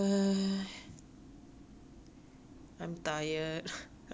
I'm tired too tired to apply for internships